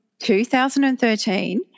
2013